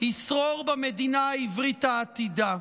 ישרור במדינה העברית העתידה".